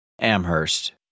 Amherst